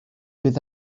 bydd